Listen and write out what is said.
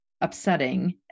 upsetting